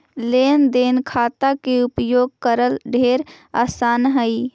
लेन देन खाता के उपयोग करल ढेर आसान हई